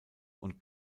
und